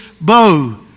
bow